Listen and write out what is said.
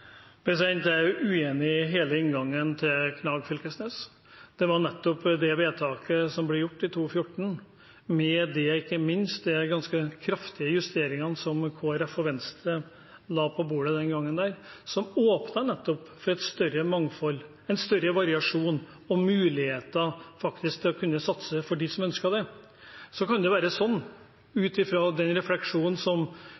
Jeg er uenig i hele inngangen til Knag Fylkesnes. Det var det vedtaket som ble gjort i 2014, ikke minst med de ganske kraftige justeringene som Kristelig Folkeparti og Venstre la på bordet den gangen, som nettopp åpnet for et større mangfold, en større variasjon og muligheter til å kunne satse for dem som ønsket det. Så kan det være sånn – ut fra den refleksjonen som